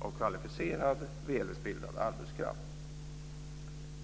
av kvalificerad välutbildad arbetskraft.